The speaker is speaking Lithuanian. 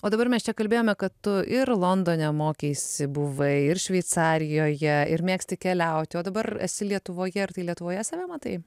o dabar mes čia kalbėjome kad tu ir londone mokeisi buvai ir šveicarijoje ir mėgsti keliauti o dabar esi lietuvoje ar tai lietuvoje save matai